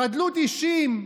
חדלות אישים?